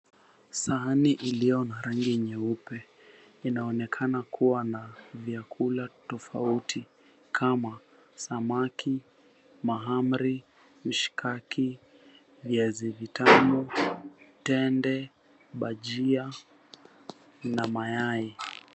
Sahani iliyo na rangi nyeupe inaonekana kuwa na vyakula tofauti kama: samaki, mahamri, mishikaki, viazivitamu, tende, bajia, na mayai.